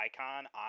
icon